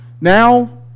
now